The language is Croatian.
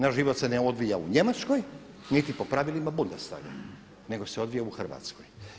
Naš život se ne odvija u Njemačkoj niti po pravilima Bundestaga nego se odvija u Hrvatskoj.